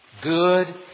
good